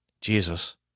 Jesus